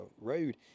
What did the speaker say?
road